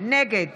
נגד